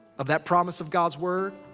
of that promise of god's word.